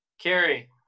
carrie